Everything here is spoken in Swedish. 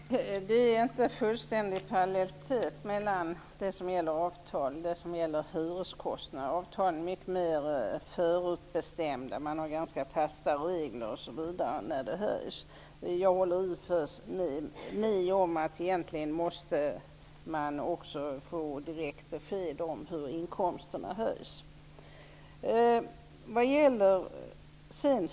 Fru talman! Det råder inte fullständig parallellitet mellan det som gäller avtal och det som gäller hyreskostnader. Avtalen är mycket mer förutbestämda. Det finns ganska fasta regler osv. när de höjs. Jag håller i och för sig med om att man egentligen måste få direkt besked om hur inkomsterna höjs.